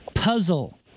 Puzzle